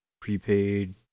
prepaid